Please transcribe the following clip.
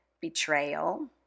betrayal